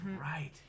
right